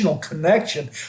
connection